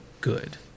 good